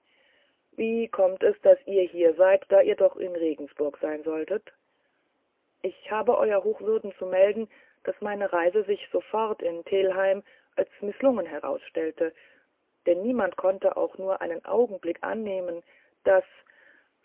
wie kommt es daß ihr hier seid da ihr doch in regensburg sein solltet ich habe euer hochwürden zu melden daß meine reise sich sofort in telheim als mißlungen herausstellte denn niemand konnte auch nur einen augenblick annehmen daß